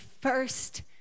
first